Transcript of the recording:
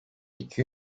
iki